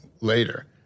later